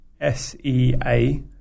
s-e-a